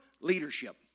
leadership